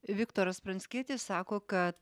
viktoras pranckietis sako kad